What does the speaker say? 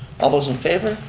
all those in favor?